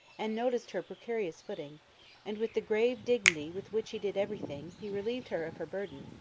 and noticed her precarious footing and, with the grave dignity with which he did everything, he relieved her of her burden,